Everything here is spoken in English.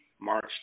March